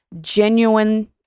genuine